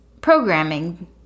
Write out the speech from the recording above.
programming